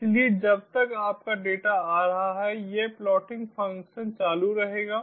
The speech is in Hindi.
इसलिए जब तक आपका डेटा आ रहा है यह प्लॉटिंग फ़ंक्शन चालू रहेगा